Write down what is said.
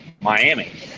Miami